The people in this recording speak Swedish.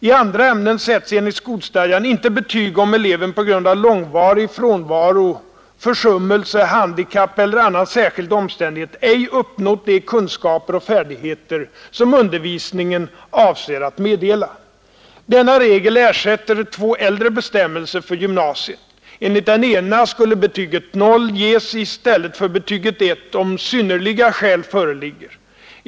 I andra ämnen sätts enligt skolstadgan inte betyg, om elev på grund av långvarig frånvaro, försummelser, handikapp eller annan särskild omständighet ej uppnått de kunskaper och färdigheter som undervisningen avser att meddela. Denna regel erätter två äldre bestämmelser för gymnasiet. Enligt den ena skulle betyget O ges i stället för betyget 1, om synnerliga skäl föreligger.